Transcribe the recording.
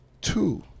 Two